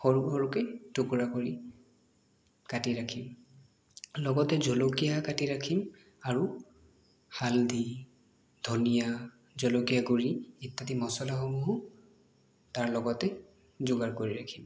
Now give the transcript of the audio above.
সৰু সৰুকৈ টুকুৰা কৰি কাটি ৰাখিম লগতে জলকীয়া কাটি ৰাখিম আৰু হালধি ধনীয়া জলকীয়া গুড়ি ইত্যাদি মছলাসমূহো তাৰ লগতে যোগাৰ কৰি ৰাখিম